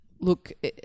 look